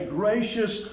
gracious